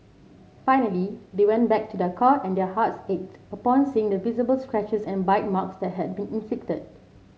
finally they went back to their car and their hearts ached upon seeing the visible scratches and bite marks that had been inflicted